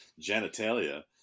genitalia